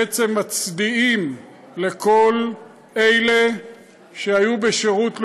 בעצם מצדיעים לכל אלה שהיו בשירות לאומי.